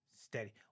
steady